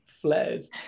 flares